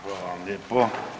Hvala vam lijepo.